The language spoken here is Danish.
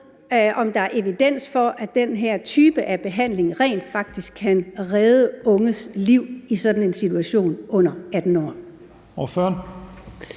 om der er evidens for, at den her type af behandling rent faktisk kan redde unges liv i sådan en situation, når man er